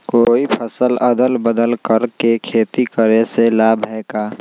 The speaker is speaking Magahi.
कोई फसल अदल बदल कर के खेती करे से लाभ है का?